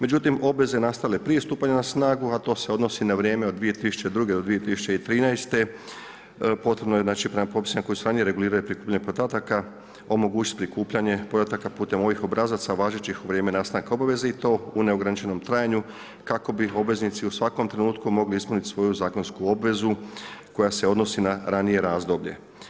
Međutim, obveze nastale prije stupanja na snagu, a to se odnosi na vrijeme od 2002. do 2013. potrebno je znači prema popisima koji su ranije regulirali prikupljanje podataka omogućiti prikupljanje podataka putem ovih obrazaca važećih u vrijeme nastanka obaveze i to u neograničenom trajanju kako bi obveznici u svakom trenutku mogli ispuniti svoju zakonsku obvezu koja se odnosi na ranije razdoblje.